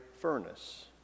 furnace